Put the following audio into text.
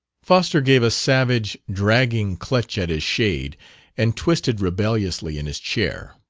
foster gave a savage, dragging clutch at his shade and twisted rebelliously in his chair.